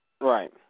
Right